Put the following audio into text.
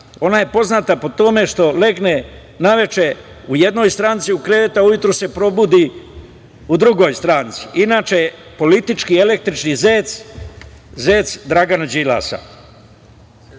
Ona je poznata po tome što legne naveče u jednoj stranci u krevet, a ujutru se probudi u drugoj stranci. Inače, politički električni zec, zec Dragana Đilasa,